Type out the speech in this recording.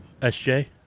SJ